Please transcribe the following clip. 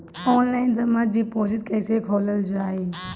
Online जमा deposit कैसे खोलल जाइ?